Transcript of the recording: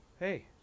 Hey